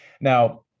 now